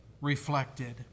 reflected